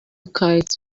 kite